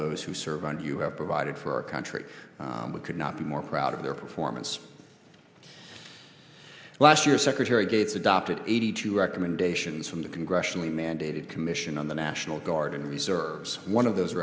those who serve and you have provided for our country we could not be more proud of their performance last year secretary gates adopted eighty two recommendations from the congressionally mandated commission on the national guard and reserves one of those